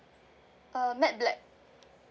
uh matte black